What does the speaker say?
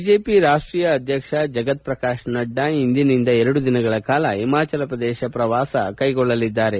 BJP ರಾಷ್ಟೀಯ ಅಧ್ಯಕ್ಷ ಜಗತ್ ಪ್ರಕಾಶ್ ನಡ್ಡಾ ಇಂದಿನಿಂದ ಎರಡು ದಿನಗಳ ಕಾಲ ಹಿಮಾಚಲ ಪ್ರದೇಶ ಪ್ರವಾಸ ಕೈಗೊಳ್ಳಲಿದ್ದಾರೆ